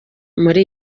muri